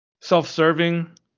self-serving